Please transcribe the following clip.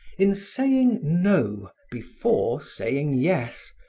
in saying no before saying yes,